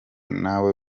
nawe